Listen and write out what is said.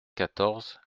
quatorze